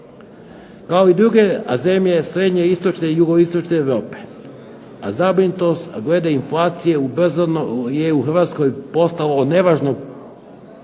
Kao i druge zemlje jugoistočne i srednje istočne Europe, a zabrinutost glede inflacije ubrzano je u Hrvatskoj postalo nevažno pitanje,